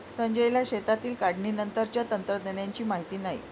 संजयला शेतातील काढणीनंतरच्या तंत्रज्ञानाची माहिती नाही